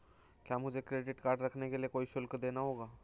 क्या मुझे credit card रखने के लिए कोई शुल्क देना होगा?